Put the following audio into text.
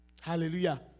Hallelujah